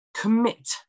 commit